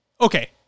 Okay